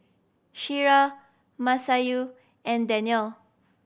Syirah Masayu and Danial